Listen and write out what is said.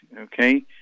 okay